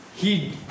He-